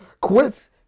Quit